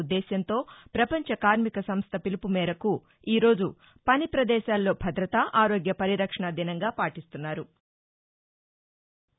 ఉద్దేశ్యంతో ప్రపంచ కార్మిక సంస్ట పిలుపు మేరకు ఈ రోజు పని ప్రదేశాల్లో భద్రత ఆరోగ్య పరిరక్షణా దినంగా పాటీస్తున్నారు